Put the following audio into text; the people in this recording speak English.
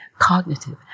cognitive